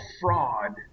fraud